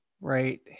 right